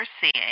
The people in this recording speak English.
seeing